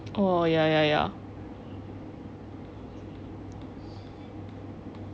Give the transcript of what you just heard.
oh oh ya ya ya